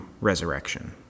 resurrection